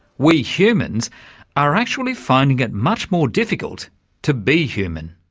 we humans are actually finding it much more difficult to be human.